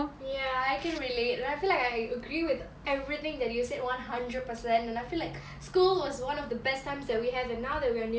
ya I can relate like I feel like I agree with everything that you said one hundred percent and I feel like school was one of the best times that we have and now that we are nearing like towards the end of it